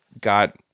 got